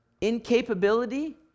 incapability